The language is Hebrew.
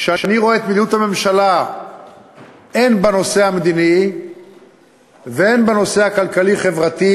כשאני רואה את מדיניות הממשלה הן בנושא המדיני והן בנושא הכלכלי-חברתי,